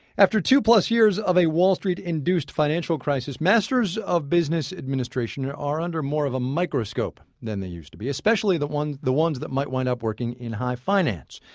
after two-plus years of a wall street-induced financial crisis, masters of business administration are are under more of a microscope than they used to be especially the ones the ones that might wind up working in high finance.